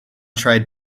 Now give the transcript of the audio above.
tried